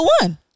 one